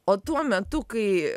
o tuo metu kai